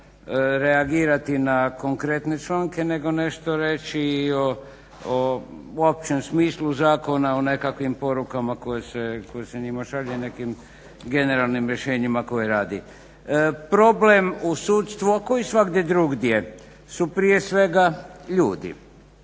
reagirati na konkretne članke nego nešto reći i o općem smislu zakona, o nekakvim porukama koje se njima šalju i nekim generalnim rješenjima koje radi. Problem u sudstvu, a ko i svugdje drugdje su prije svega ljudi